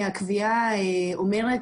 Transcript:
ושם הקביעה אומרת